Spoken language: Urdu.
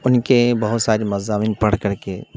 ان کے بہت سارے مضامین پڑھ کر کے